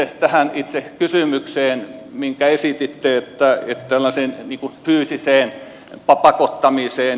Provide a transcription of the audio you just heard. sitten tähän itse kysymykseen minkä esititte tällaiseen fyysiseen pakottamiseen